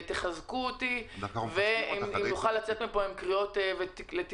תחזקו אותי כדי שנוכל לצאת מפה עם קריאות לתיקון